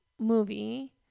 movie